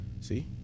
See